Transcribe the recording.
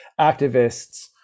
activists